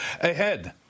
Ahead